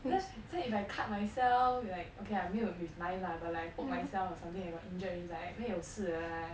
let's say if I cut myself will be like okay 没有 with knife lah but like I poke myself or something I got injured it was like 没有事的 ah